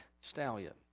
stallion